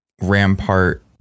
Rampart